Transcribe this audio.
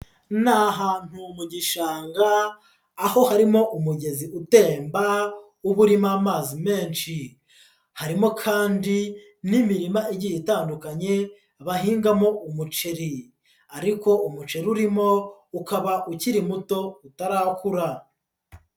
Ni ahantu mu gishanga, aho harimo umugezi utemba, uba urimo amazi menshi, harimo kandi n'imirima igiye itandukanye bahingamo umuceri ariko umuceri urimo ukaba ukiri muto utarakura.